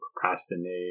procrastinate